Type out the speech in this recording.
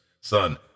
son